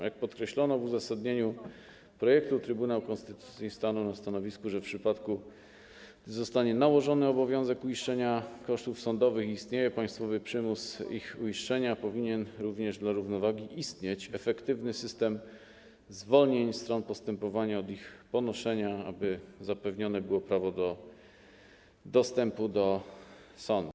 Jak podkreślono w uzasadnieniu projektu, Trybunał Konstytucyjny stanął na stanowisku, że w przypadku gdy zostanie nałożony obowiązek uiszczenia kosztów sądowych, istnieje państwowy przymus ich uiszczenia, powinien również dla równowagi istnieć efektywny system zwolnień stron postępowania od ich ponoszenia, aby zapewnione było prawo dostępu do sądu.